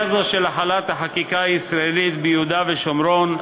החלת החקיקה הישראלית ביהודה ושומרון,